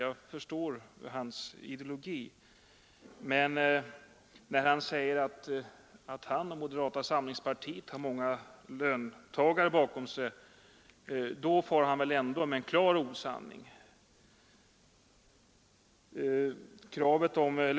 Jag förstår hans ideologi, men han far väl ändå med en klar osanning när han säger att moderata samlingspartiet har många löntagare bakom sig.